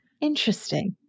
Interesting